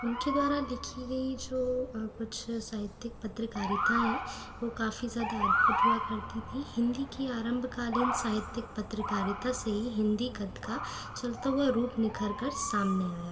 उनके द्वारा लिखी गई जो कुछ साहित्यिक पत्रकारिताऍं वो काफ़ी ज़्यादा अद्भुत हुआ करती थी हिन्दी की आरंभकालीन साहित्तिक पत्रकारिता से ही हिन्दी गद्य का चलता हुआ रूप निखर कर सामने आया है